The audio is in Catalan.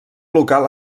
local